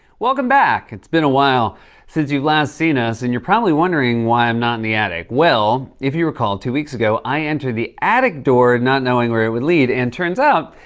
welcome back. it's been a while since you've last seen us, and you're probably wondering why i'm not in the attic. well, if you recall, two weeks ago, i entered the attic door, not knowing where it would lead. and it turns out,